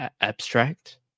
abstract